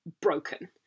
broken